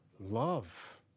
Love